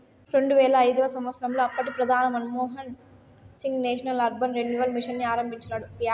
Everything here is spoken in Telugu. రెండువేల ఐదవ సంవచ్చరంలో అప్పటి ప్రధాని Manmohan Singh national urban renewal mission ని ఆరంభించినాడు